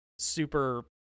super